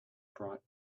bright